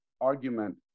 argument